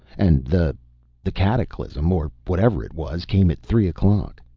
and the the cataclysm, or whatever it was, came at three o'clock.